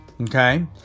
Okay